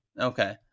okay